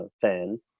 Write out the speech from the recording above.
fan